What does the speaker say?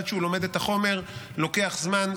עד שהוא לומד את החומר לוקח זמן.